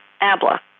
ABLA